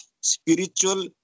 spiritual